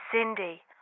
Cindy